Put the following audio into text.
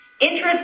Interest